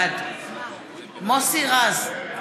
בעד מוסי רז,